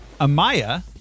Amaya